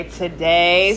today